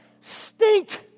stink